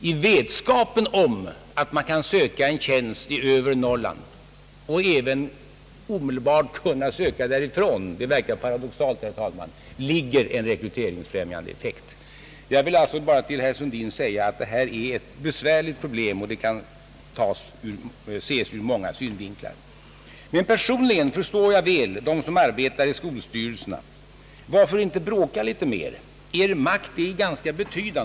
I vetskapen om att man kan söka en tjänst i övre Norrland och även söka därifrån ligger — det verkar paradoxalt, herr talman — en rekryteringsfrämjande effekt. Jag vill alltså bara till herr Sundin säga att detta är ett besvärligt problem som kan ses ur många synvinklar. Men personligen förstår jag väl dem som arbetar i skolstyrelserna. Varför inte bråka litet mer? Er makt är ganska stor.